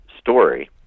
story